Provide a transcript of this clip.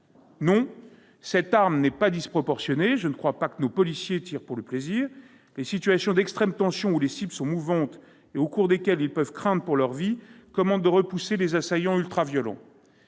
Non, cette arme n'est pas disproportionnée ! Je ne crois pas que nos policiers tirent pour le plaisir. Les situations d'extrême tension, où les cibles sont mouvantes et au cours desquelles ils peuvent craindre pour leur vie, commandent de repousser les assaillants ultraviolents.